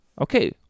Okay